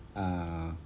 uh